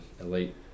elite